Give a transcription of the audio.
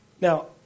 Now